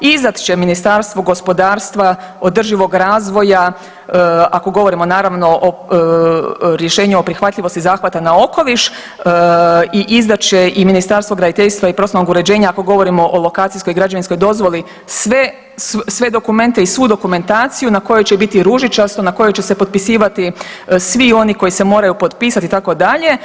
Izdat će Ministarstvo gospodarstva, održivog razvoja ako govorimo naravno o rješenju o prihvatljivosti zahvata na okoliš i izdat će i Ministarstvo graditeljstva i prostornog uređenja ako govorimo o lokacijskoj i građevinskoj dozvoli sve dokumente i svu dokumentaciju na kojoj će biti ružičasto, na kojoj će se potpisivati svi oni koji se moraju potpisati itd.